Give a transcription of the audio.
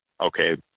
okay